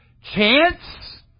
Chance